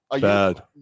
bad